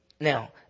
Now